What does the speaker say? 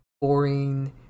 boring